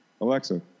Alexa